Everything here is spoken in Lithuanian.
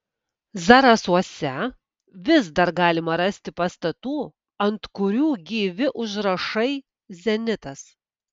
zarasuose vis dar galima rasti pastatų ant kurių gyvi užrašai zenitas